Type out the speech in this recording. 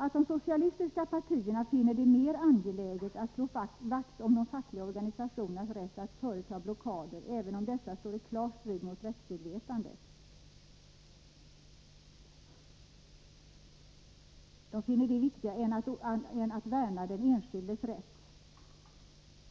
Att de socialistiska partierna finner det mer angeläget att slå vakt om de fackliga organiationernas rätt att företa blockader, även om dessa står i klar strid mot rättsmedvetandet, än att värna om den enskildes rätt finner jag | naturligt.